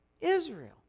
Israel